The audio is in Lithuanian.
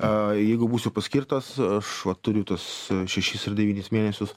a jeigu būsiu paskirtas aš va turiu tuos šešis ar devynis mėnesius